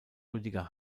rüdiger